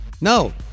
No